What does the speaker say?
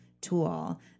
tool